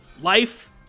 Life